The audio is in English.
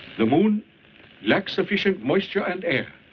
the moon lacks sufficient moisture and air.